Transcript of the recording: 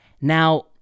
Now